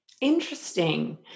Interesting